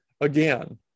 Again